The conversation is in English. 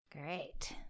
Great